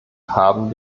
haben